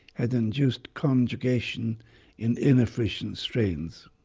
had induced conjugation in inefficient strains.